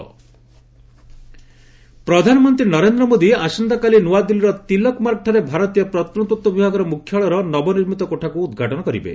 PM ASI building ପ୍ରଧାନମନ୍ତ୍ରୀ ନରେନ୍ଦ୍ର ମୋଦି ଆସନ୍ତାକାଲି ନୂଆଦିଲ୍ଲୀର ତିଲକ୍ ମାର୍ଗଠାରେ ଭାରତୀୟ ପ୍ରତ୍ନତତ୍ତ୍ୱ ବିଭାଗର ମୁଖ୍ୟାଳୟର ନବନିର୍ମିତ କୋଠାକୁ ଉଦ୍ଘାଟନ କରିବେ